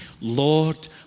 Lord